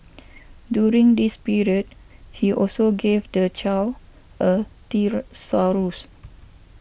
during this period he also gave the child a thesaurus